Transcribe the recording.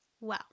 wow